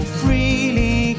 freely